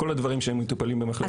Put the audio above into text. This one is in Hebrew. כל הדברים שהם מטופלים במחלקת משמעת.